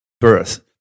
birth